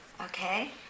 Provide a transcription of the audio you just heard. Okay